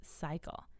cycle